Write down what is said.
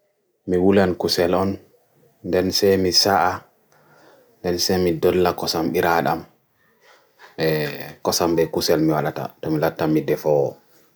Mi yahataa waɗugo ndiyamri nde "Fufu ndiude e haako kosam e nyiiri," sabu ɗuum yamirataa e ladde, jonnaa ko ngonɗum e ladde. Mi waɗi cikkal ɗum ngoni naange, mi ummin waɗata faayda e ɗuum.